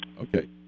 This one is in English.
Okay